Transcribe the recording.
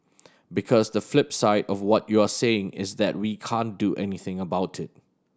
because the flip side of what you're saying is that we can't do anything about it